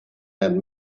had